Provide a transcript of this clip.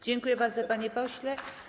Dziękuję bardzo, panie pośle.